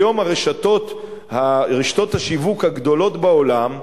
היום רשתות השיווק הגדולות בעולם,